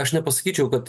aš nepasakyčiau kad